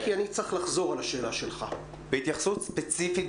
בהתייחסות ספציפית,